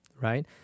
right